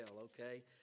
okay